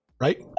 right